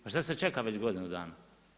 Pa šta se čeka već godinu dana?